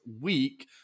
week